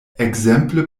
ekzemple